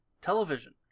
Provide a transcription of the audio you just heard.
television